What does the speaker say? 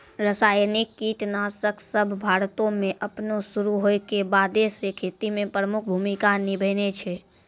रसायनिक कीटनाशक सभ भारतो मे अपनो शुरू होय के बादे से खेती मे प्रमुख भूमिका निभैने छै